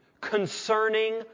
concerning